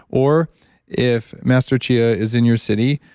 or if master chia is in your city,